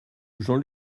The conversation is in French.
jean